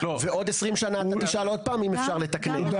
ועוד 20 שנה אתה תשאל עוד פעם אם אפשר לתקנן,